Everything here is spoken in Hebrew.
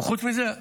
וחוץ מזה,